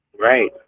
Right